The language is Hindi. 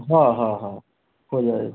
हाँ हाँ हाँ हो जाएगा